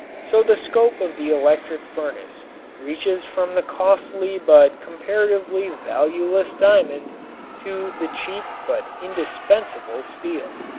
so the scope of the electric furnace reaches from the costly but comparatively valueless diamond to the cheap but indispensable steel.